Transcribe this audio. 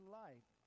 life